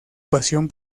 pasión